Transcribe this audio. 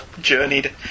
journeyed